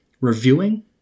reviewing